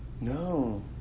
No